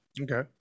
Okay